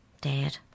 Dad